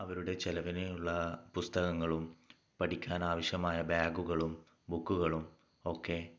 അവരുടെ ചിലവിനുള്ള പുസ്തകങ്ങളും പഠിക്കാനാവശ്യമായ ബാഗുകളും ബുക്കുകളും ഒക്കെ